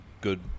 good